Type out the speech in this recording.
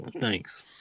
Thanks